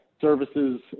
services